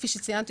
כפי שציינת,